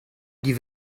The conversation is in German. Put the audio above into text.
die